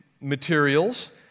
materials